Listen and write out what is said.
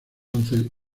once